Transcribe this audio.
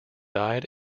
died